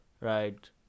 Right